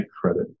credit